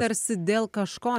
tarsi dėl kažko